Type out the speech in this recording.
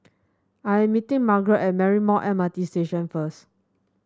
I am meeting Margarette at Marymount M R T Station first